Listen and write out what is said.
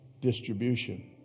distribution